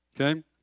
Okay